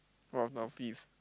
post office